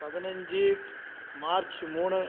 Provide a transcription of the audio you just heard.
பதினஞ்சு மார்ச் மூணு